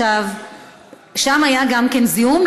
גם שם היה זיהום,